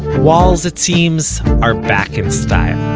walls, it seems, are back in style.